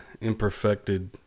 imperfected